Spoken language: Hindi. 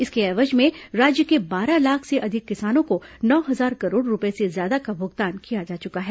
इसके एवज में राज्य के बारह लाख से अधिक किसानों को नौ हजार करोड़ रूपये से ज्यादा का भुगतान किया जा चुका है